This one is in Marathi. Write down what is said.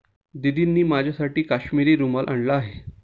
दीदींनी माझ्यासाठी काश्मिरी रुमाल आणला आहे